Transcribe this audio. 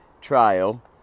trial